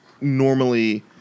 normally